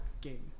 game